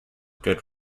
good